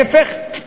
להפך.